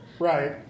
Right